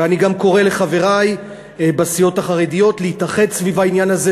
ואני גם קורא לחברי בסיעות החרדיות להתאחד סביב העניין הזה.